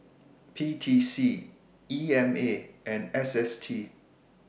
P T C E M A and S S T